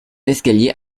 escalier